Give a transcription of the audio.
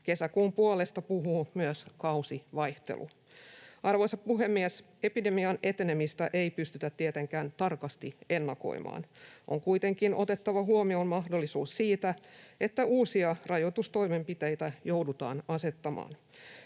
Kesäkuun puolesta puhuu myös kausivaihtelu. Arvoisa puhemies! Epidemian etenemistä ei pystytä tietenkään tarkasti ennakoimaan. On kuitenkin otettava huomioon se mahdollisuus, että uusia rajoitustoimenpiteitä joudutaan asettamaan.